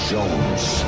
Jones